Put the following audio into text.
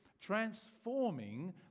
transforming